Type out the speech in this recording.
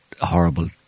horrible